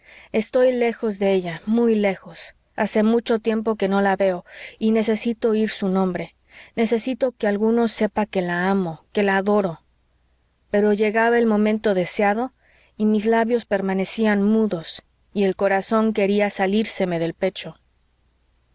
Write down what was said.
estoy lejos de ella muy lejos hace mucho tiempo que no la veo y necesito oir su nombre necesito que alguno sepa que la amo que la adoro pero llegaba el momento deseado y mis labios permanecían mudos y el corazón quería salírseme del pecho